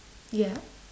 yeah